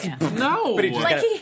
no